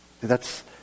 thats